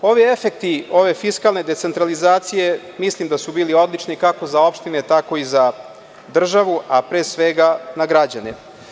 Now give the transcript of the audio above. Ovi efekti ove fiskalne decentralizacije mislim da su bili odlični, kako za opštine, tako i za državu, a pre svega za građane.